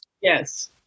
Yes